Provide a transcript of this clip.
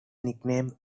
nickname